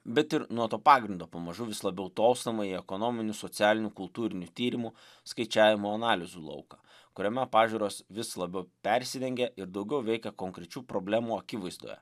bet ir nuo to pagrindo pamažu vis labiau tolstama į ekonominių socialinių kultūrinių tyrimų skaičiavimų analizių lauką kuriame pažiūros vis labiau persidengia ir daugiau veikia konkrečių problemų akivaizdoje